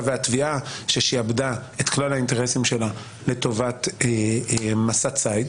והתביעה ששעבדה את כלל האינטרסים שלה לטובת מסע צייד,